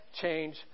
change